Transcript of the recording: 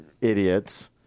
idiots